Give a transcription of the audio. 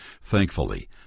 Thankfully